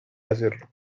hacerlo